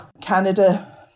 canada